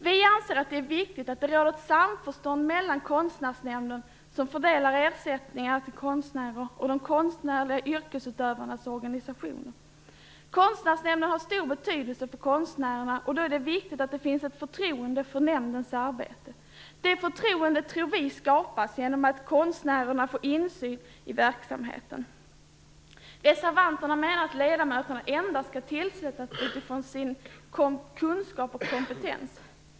Vi anser att det är viktigt att det råder ett samförstånd mellan Konstnärsnämnden, som fördelar ersättningar till konstnärer, och de konstnärliga yrkesutövarnas organisationer. Konstnärsnämnden har stor betydelse för konstnärerna, och då är det viktigt att det finns ett förtroende för nämndens arbete. Det förtroendet tror vi skapas genom att konstnärerna får insyn i verksamheten. Reservanterna menar att ledamöterna endast skall tillsättas utifrån sin kunskap och kompetens.